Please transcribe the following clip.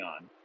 on